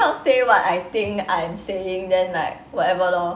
say what I think I'm saying then like whatever lor